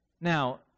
Now